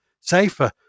safer